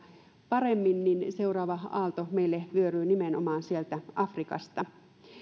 paremmin niin niin seuraava aalto meille vyöryy nimenomaan sieltä afrikasta